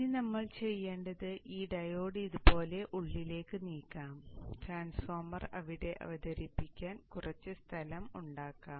ഇപ്പോൾ നമ്മൾ ചെയ്യേണ്ടത് ഈ ഡയോഡ് ഇതുപോലെ ഉള്ളിലേക്ക് നീക്കാം ട്രാൻസ്ഫോർമർ ഇവിടെ അവതരിപ്പിക്കാൻ കുറച്ച് സ്ഥലം ഉണ്ടാക്കാം